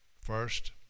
first